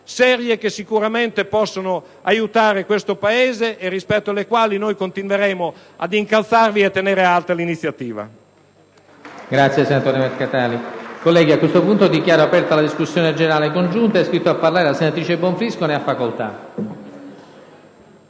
serie, che sicuramente possono aiutare questo Paese, e rispetto alle quali noi continueremo ad incalzarvi e a tenere alta l'iniziativa.